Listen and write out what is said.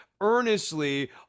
earnestly